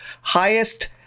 highest